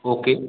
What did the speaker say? okay